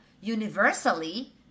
universally